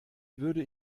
würde